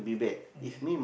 okay